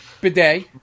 bidet